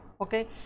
okay